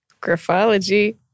graphology